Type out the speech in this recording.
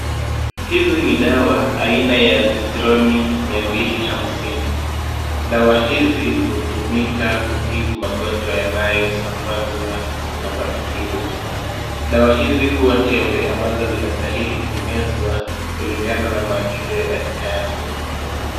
Hizi ni dawa aina ya Zithroni-250. Dawa hizi hutumika kutibu magonjwa yanayosambazwa na bacteria . Dawa hizi huwa tembe ambazo zinastahili kumezwa kulingana na maagizo ya daktari.